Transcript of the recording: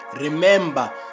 Remember